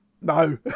No